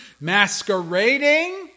masquerading